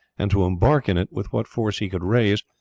and to embark in it with what force he could raise,